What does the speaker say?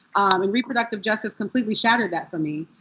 and reproductive justice completely shattered that for me.